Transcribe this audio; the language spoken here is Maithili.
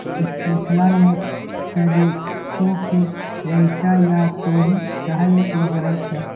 मिथिला मे सरिसो केँ रैचा या तोरी कहल जाइ छै